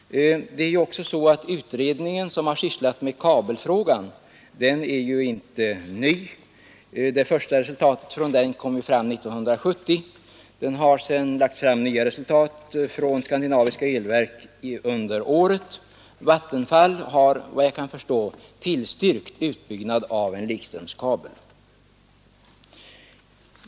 Den utredning som har sysslat med kabelfrågan är ju inte ny. Den första utredningen från AB Skandinaviska elverk kom fram 1970, och under året har lagts fram nya resultat i frågan. Vattenfall har efter vad jag kan förstå tillstyrkt utbyggnad av en likströmskabel.